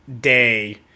day